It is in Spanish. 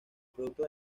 producto